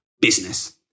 business